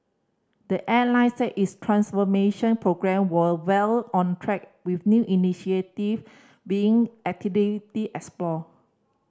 the airline said its transformation programme were well on track with new initiative being activity explored